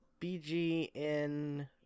BGN